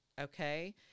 Okay